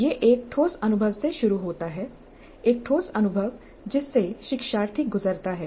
यह एक ठोस अनुभव से शुरू होता है एक ठोस अनुभव जिससे शिक्षार्थी गुजरता है